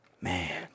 Man